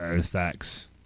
facts